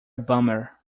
bummer